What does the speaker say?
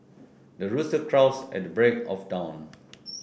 the rooster crows at the break of dawn